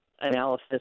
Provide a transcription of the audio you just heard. analysis